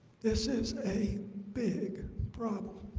this is a big problem